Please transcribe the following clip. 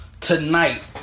tonight